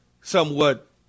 somewhat